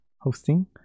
hosting